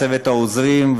צוות העוזרים,